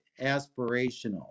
aspirational